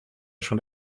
schon